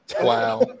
Wow